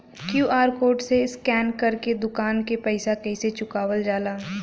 QR code से scan कर के दुकान के पैसा कैसे चुकावल जाला?